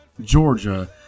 Georgia